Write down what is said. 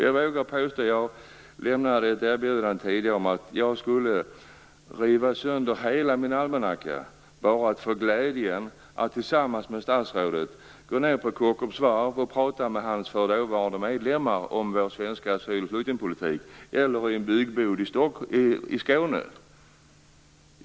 Jag lämnade tidigare ett erbjudande om att jag skulle riva sönder hela min almanacka bara för att få glädjen att tillsammans med statsrådet gå ned på Kockums varv eller till en byggbod i Skåne och prata med hans medlemmar om vår svenska asyl och flyktingpolitik.